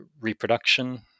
reproduction